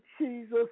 Jesus